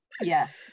yes